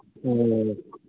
ꯑꯣ